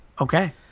okay